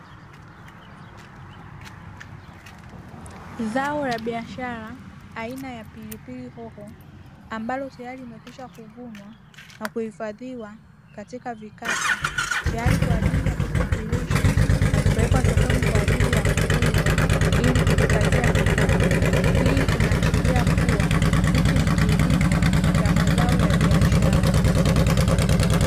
Zao la biashara aina ya pilipili hoho, ambalo tayari limekwisha kuvunwa na kuhifadhiwa katika vikapu, tayari kwa ajili ya kusafirishwa na kupelekwa sokoni kwa ajili ya kuuzwa, ili kujipatia kipato. Hii inaashiria kuwa, hichi ni kilimo cha mazao ya biasahara.